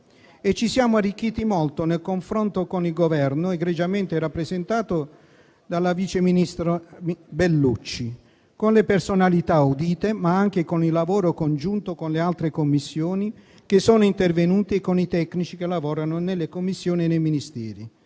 ci siamo arricchiti molto nel confronto con il Governo, egregiamente rappresentato dal vice ministro Bellucci, con le personalità audite, ma anche con il lavoro congiunto con le altre Commissioni che sono intervenute e con i tecnici che lavorano nelle Commissioni e nei Ministeri.